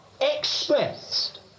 expressed